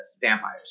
Vampires